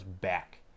back